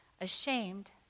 Ashamed